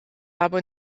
habe